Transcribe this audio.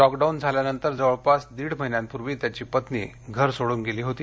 lockdown झाल्यानंतर जवळपास दीड महिन्यांपूर्वी त्याची पत्नी घर सोडून गेली होती